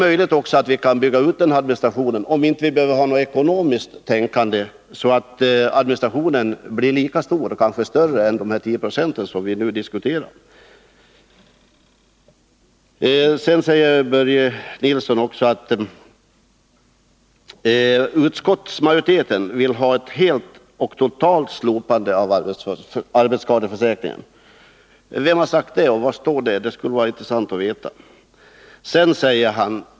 Möjligen skulle vi kunna bygga ut administrationen ytterligare — om vi inte vore tvingade att tillämpa ett ekonomiskt tänkande — så att den blir lika stor som eller större än vad som krävs för handläggningen av de 10 20 av ärendena som vi nu diskuterar. Börje Nilsson säger vidare att utskottsmajoriteten helt vill slopa arbetsskadeförsäkringen. Var står det eller varifrån kommer den uppgiften? Det skulle vara intressant att veta.